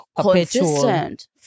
consistent